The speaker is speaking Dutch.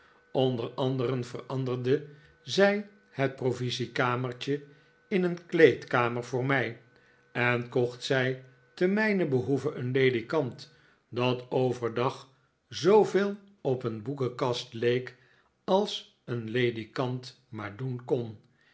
onder anderen veranderde zij het provisiekamertje in een kleedkamer voor mij en kocht zij te mijnen behoeve een ledikant dat overdag zooveel op een boekenkast leek als een ledikant maar doen kon